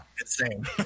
insane